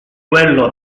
quello